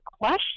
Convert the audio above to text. question